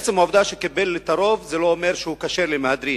עצם העובדה שהוא קיבל את הרוב זה לא אומר שהוא כשר למהדרין.